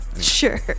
Sure